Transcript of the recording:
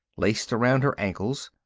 laced around her ankles,